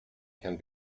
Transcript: can